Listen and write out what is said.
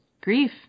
grief